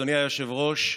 אדוני היושב-ראש,